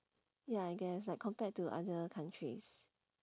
ya I guess like compared to other countries